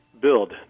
build